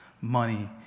Money